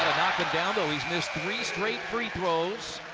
down, though. he's missed three straight free throws.